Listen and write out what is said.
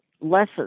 lessons